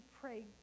pray